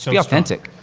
so be authentic.